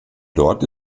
dort